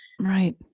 Right